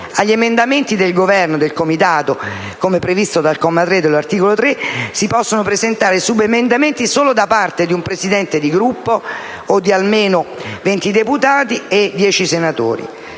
agli emendamenti del Governo e del Comitato, come previsto dal comma 3 dell'articolo 3, si possono presentare subemendamenti solo da parte di un Presidente di Gruppo o di almeno 20 deputati e 10 senatori.